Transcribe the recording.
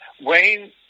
Wayne